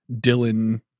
Dylan